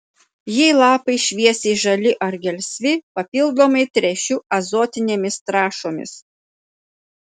jei lapai šviesiai žali ar gelsvi papildomai tręšiu azotinėmis trąšomis